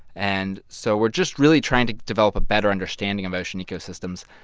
and so we're just really trying to develop a better understanding of ocean ecosystems.